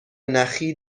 نخی